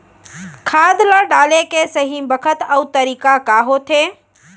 खाद ल डाले के सही बखत अऊ तरीका का होथे?